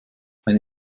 eine